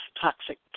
toxic